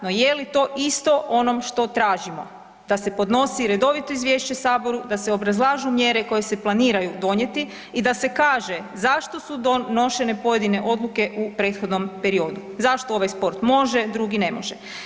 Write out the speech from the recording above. No je li to isto onom što tražimo da se podnosi redovito Izvješće Saboru, sa se obrazlažu mjere koje se planiraju donijeti i da se kaže zašto su donošene pojedine odluke u prethodnom periodu, zašto ovaj sport može, drugi ne može.